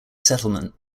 settlement